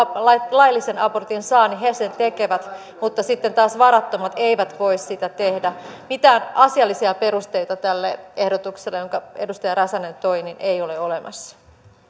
laillisen abortin saa tekevät sen mutta sitten taas varattomat eivät voi sitä tehdä mitään asiallisia perusteita tälle ehdotukselle jonka edustaja räsänen toi ei ole olemassa